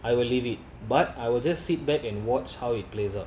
I will leave it but I will just sit back and watch how it plays out